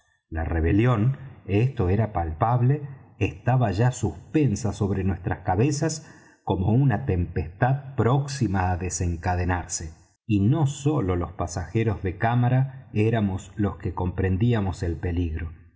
la rebelión esto era palpable estaba ya suspensa sobre nuestras cabezas como una tempestad próxima á desencadenarse y no sólo los pasajeros de cámara éramos los que comprendíamos el peligro